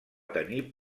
tenir